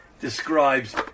describes